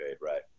right